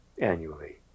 annually